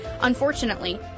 Unfortunately